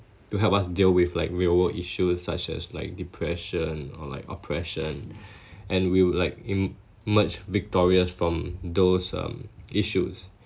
to help us deal with like real world issues such as like depression or like oppression and we would like emerge victorious from those um issues